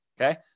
Okay